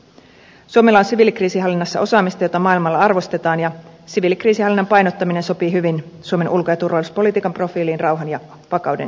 suomella on siviilikriisinhallinnassa osaamista jota maailmalla arvostetaan ja siviilikriisinhallinnan painottaminen sopii hyvin suomen ulko ja turvallisuuspolitiikan profiiliin rauhan ja vakauden edistäjänä